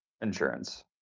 insurance